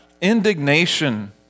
indignation